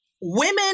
women